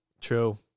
true